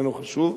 איננו חשוב.